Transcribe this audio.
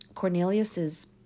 Cornelius's